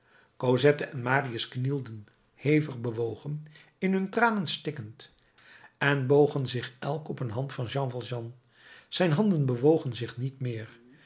en marius knielden hevig bewogen in hun tranen stikkend en bogen zich elk op een hand van jean valjean zijn handen bewogen zich niet meer